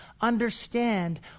understand